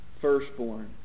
firstborn